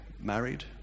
married